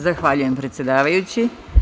Zahvaljujem predsedavajući.